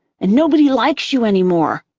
and nobody likes you anymore!